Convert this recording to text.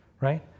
right